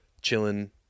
chilling